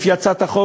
לפי הצעת החוק,